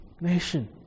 nation